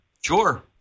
Sure